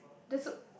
that's so